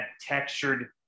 textured